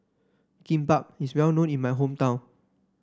kimbap is well known in my hometown